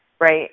right